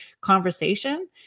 conversation